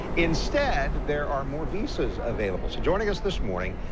instead there are more visas available. so joining us this morning,